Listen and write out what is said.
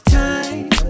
time